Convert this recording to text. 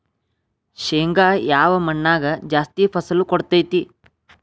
ಶೇಂಗಾ ಯಾವ ಮಣ್ಣಾಗ ಜಾಸ್ತಿ ಫಸಲು ಕೊಡುತೈತಿ?